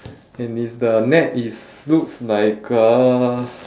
and it's the net is looks like a